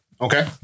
okay